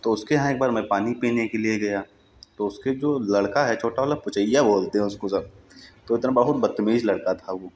तो उसके यहाँ एक बार मैं पानी पीने के लिए गया तो उसके जो लड़का है छोटा वाला पुचइया बोलते हैं उसको सब तो इतना बहुत बदतमीज़ लड़का था वो